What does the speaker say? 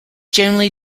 generally